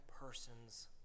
person's